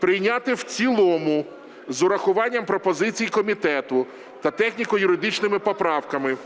прийняти в цілому з урахуванням пропозицій комітету та техніко-юридичними поправками